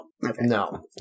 No